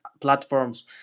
platforms